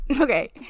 okay